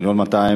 1.2 מיליון איש,